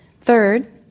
Third